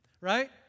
right